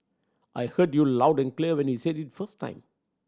I heard you loud and clear when you said it first time